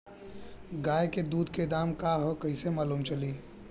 गाय के दूध के दाम का ह कइसे मालूम चली?